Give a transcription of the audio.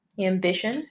Ambition